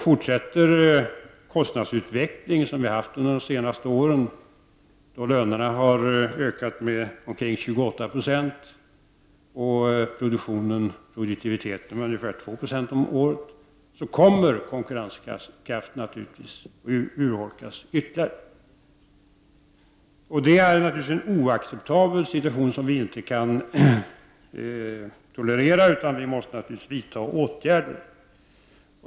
Fortsätter den kostnadsutveckling vi har haft under de senaste åren, då lönerna har ökat med omkring 28 26 och produktiviteten med 2 20 om året, kommer konkurrenskraften att urholkas ytterligare. Det är naturligtvis en oacceptabel situation, som vi inte kan tolerera. Vi måste vidta åtgärder.